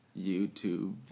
YouTube